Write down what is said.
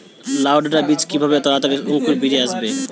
লাউ ডাটা বীজ কিভাবে তাড়াতাড়ি অঙ্কুর বেরিয়ে আসবে?